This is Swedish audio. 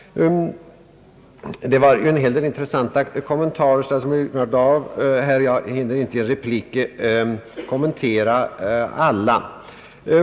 Det var en hel del intressanta kommentarer som fru Myrdal gjorde. Jag hinner inte i en replik ta upp alla.